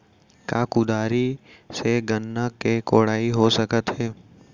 का कुदारी से गन्ना के कोड़ाई हो सकत हे?